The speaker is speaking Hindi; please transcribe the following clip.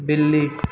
बिल्ली